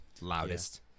loudest